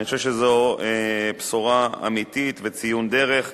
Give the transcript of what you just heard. אני חושב שזו בשורה אמיתית וציון דרך,